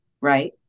right